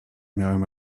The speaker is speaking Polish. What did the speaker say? miałem